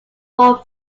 more